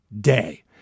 Day